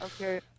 Okay